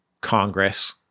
Congress